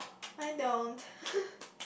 I don't